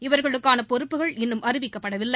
இவர்களுக்கான பொறுப்புகள் இன்னும் அறிவிக்கப்படவில்லை